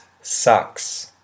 sucks